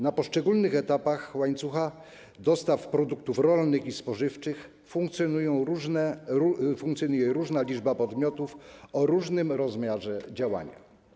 Na poszczególnych etapach łańcucha dostaw produktów rolnych i spożywczych funkcjonuje różna liczba podmiotów o różnym rozmiarze działania.